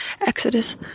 Exodus